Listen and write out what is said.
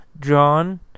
John